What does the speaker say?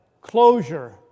closure